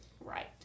right